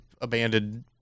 abandoned